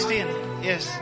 Yes